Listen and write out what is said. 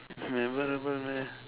it's memorable meh